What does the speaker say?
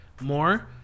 more